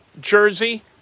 jersey